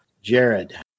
Jared